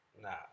Nah